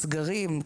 סגרים,